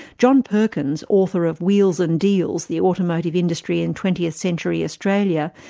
john perkins, author of wheels and deals the automotive industry in twentieth century australia,